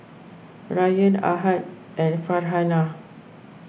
Rayyan Ahad and Farhanah